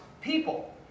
people